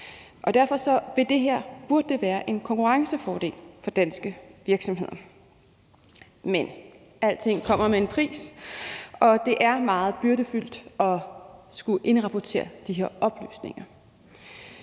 Derfor burde det her være en konkurrencefordel for danske virksomheder. Men alting kommer med en pris, og det er meget byrdefuldt at skulle indrapportere de her oplysninger,